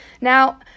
Now